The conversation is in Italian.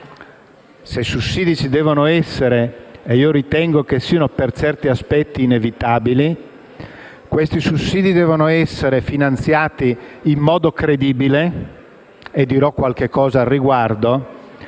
Se sussidi ci devono essere, ed io ritengo che siano per certi aspetti inevitabili, questi devono essere finanziati in modo credibile - e dirò qualcosa al riguardo